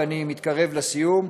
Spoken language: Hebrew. ואני מתקרב לסיום.